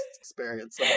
experience